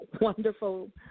wonderful